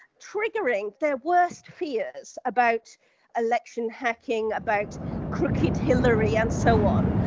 triggering their worst fears about election hacking, about crooked hillary and so on,